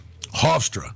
Hofstra